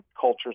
cultures